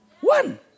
One